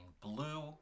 blue